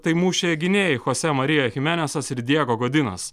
tai mušė gynėjai chosė marija chimenesas ir diego godinas